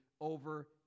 over